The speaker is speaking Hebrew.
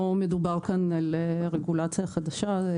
לא מדובר כאן על רגולציה חדשה.